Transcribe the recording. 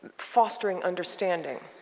fostering understanding.